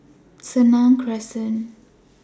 Senang Crescent